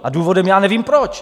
A důvodem já nevím proč.